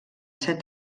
set